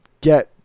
get